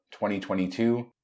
2022